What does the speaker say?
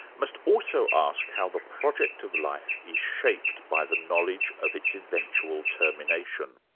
must also ask how the project of life is shaped by the knowledge of its eventual termination.